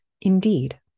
Indeed